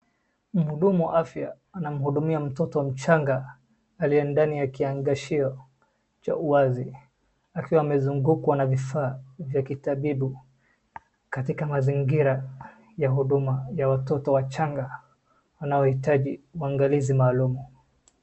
Mhudumu wa afya anamhudumia mtoto mchanga aliye ndani ya kiangashio cha uwazi, akiwa amezungukwa na vifaa vya kitabibu katika mazingira ya huduma ya watoto wachanga wanaohitaji maangalizi maalum.